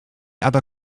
other